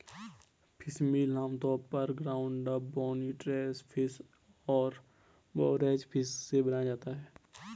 fishmeal आमतौर पर ground up, bony trash fish और फोरेज फिश से बनाया जाता है